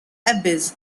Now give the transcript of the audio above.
abyss